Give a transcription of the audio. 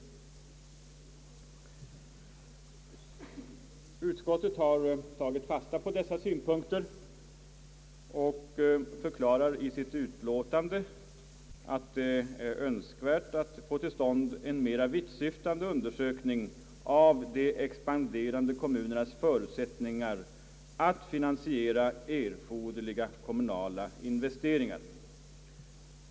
Utskottet har tagit fasta på dessa synpunkter och förklarar i sitt utlåtande att det är önskvärt att få till stånd en mera vittsyftande undersökning av de expanderande kommunernas förutsättningar att finansiera erforderliga kommunala investeringar.